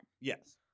Yes